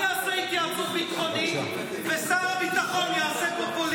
אני אלך לקבינט ואעשה התייעצות ביטחונית ושר הביטחון יעשה פה פוליטיקה.